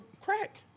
crack